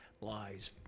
lies